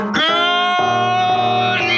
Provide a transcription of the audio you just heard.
good